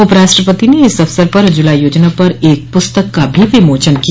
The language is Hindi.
उप राष्ट्रपति ने इस अवसर पर उज्ज्वला योजना पर एक पुस्तक का भी विमोचन किया